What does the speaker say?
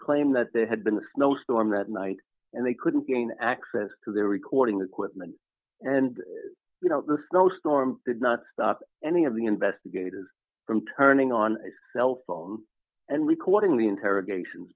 claim that they had been the snowstorm that night and they couldn't gain access to the recording equipment and you know the snowstorm did not stop any of the investigators from turning on a cell phone and recording the interrogations